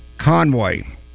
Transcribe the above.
Conway